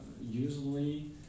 usually